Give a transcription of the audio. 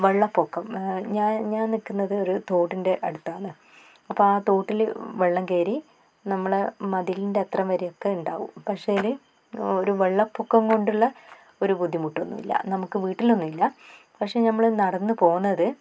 വെള്ളപ്പൊക്കം ഞാൻ ഞാൻ നിൽക്കന്നത് ഒരു തോടിൻറ്റെ അടുത്താന്ന് അപ്പം ആ തോട്ടിൽ വെള്ളം കയറി നമ്മൾ മതിലിൻറ്റെ അത്ര വരെ ഒക്കെ ഉണ്ടാവും പക്ഷേൽ ഒരു വെള്ളപ്പൊക്കം കൊണ്ടുള്ള ഒരു ബുദ്ധിമുട്ടൊന്നും ഇല്ല നമുക്ക് വീട്ടിലൊന്നുംല്ലാ പക്ഷെ നമ്മൾ നടന്നു പോകുന്നത്